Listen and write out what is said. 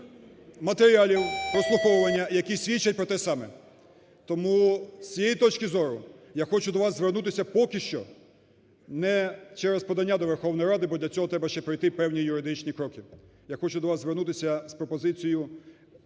матеріалів прослуховування, які свідчать про те саме. Тому, з цієї точки зору, я хочу до вас звернутися поки що не через подання до Верховної Ради, бо для цього треба ще пройти певні юридичні кроки. Я хочу до вас звернутися з пропозицією